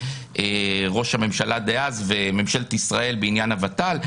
ראש הממשלה דאז וממשלת ישראל בעניין הות"ל,